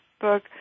book